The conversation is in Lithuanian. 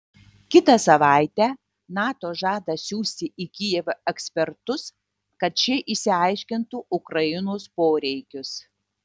kitą savaitę nato žada siųsti į kijevą ekspertus kad šie išsiaiškintų ukrainos poreikius